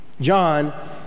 John